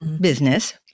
business